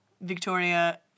Victoria